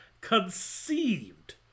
conceived